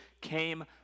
came